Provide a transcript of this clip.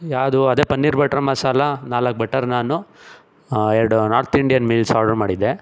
ಯಾವ್ದೂ ಅದೇ ಪನ್ನೀರ್ ಬಟರ್ ಮಸಾಲ ನಾಲ್ಕು ಬಟರ್ ನಾನು ಎರಡು ನಾರ್ತ್ ಇಂಡಿಯನ್ ಮೀಲ್ಸ್ ಆರ್ಡ್ರು ಮಾಡಿದ್ದೆ